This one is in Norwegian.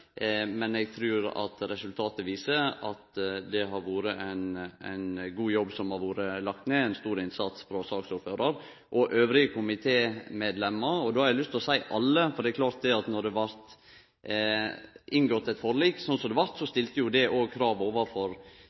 men eg trur at resultatet viser at det er ein god jobb som har vore lagt ned – ein stor innsats frå saksordføraren og dei andre komitémedlemene. Då har eg lyst til å seie alle, for det er klart at då forliket blei inngått slik det blei, stilte det krav til Framstegspartiet når det galdt tidsfristar, framdrift og liknande. Det høyrer med til historia her at når så